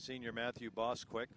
senior matthew boss quick